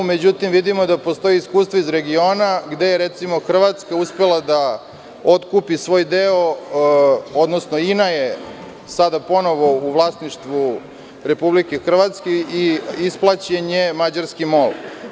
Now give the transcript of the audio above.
Međutim, vidimo da postoji iskustvo iz regiona gde je, recimo, Hrvatska uspela da otkupi svoj deo, odnosno INA je sada ponovo u vlasništvu Republike Hrvatske i isplaćen je mađarski MOL.